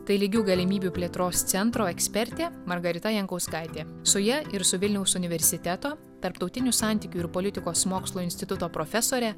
tai lygių galimybių plėtros centro ekspertė margarita jankauskaitė su ja ir su vilniaus universiteto tarptautinių santykių ir politikos mokslų instituto profesore